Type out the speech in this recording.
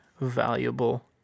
valuable